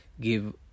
give